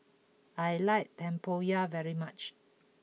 I like Tempoyak very much